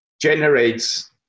generates